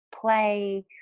play